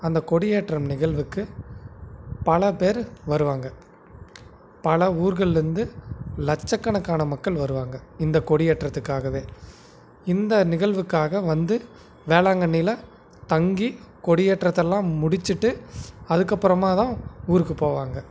அந்த கொடியேற்றம் நிகழ்வுக்கு பலபேர் வருவாங்க பல ஊர்கள்லேந்து லச்சக்கணக்கான மக்கள் வருவாங்க இந்த கொடியேற்றத்துக்காகவே இந்த நிகழ்வுக்காக வந்து வேளாங்கண்ணியில் தங்கி கொடியேற்றத்தைலாம் முடிச்சுட்டு அதுக்கப்புறமாதான் ஊருக்கு போவாங்க